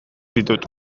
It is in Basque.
ditut